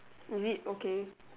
is it okay